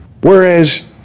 Whereas